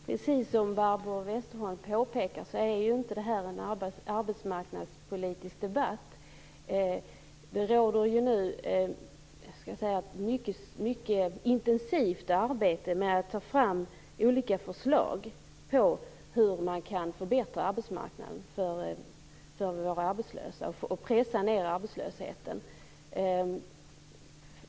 Fru talman! Precis som Barbro Westerholm påpekade är inte detta någon arbetsmarknadspolitisk debatt. Det pågår nu ett mycket intensivt arbete med att ta fram olika förslag på hur man kan förbättra arbetsmarknaden för våra arbetslösa, och pressa ned arbetslösheten.